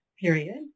period